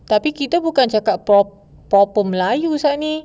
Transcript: tapi kita bukan cakap proper melayu sia ni